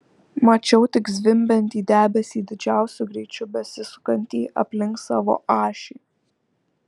mačiau tik zvimbiantį debesį didžiausiu greičiu besisukantį aplink savo ašį